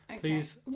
Please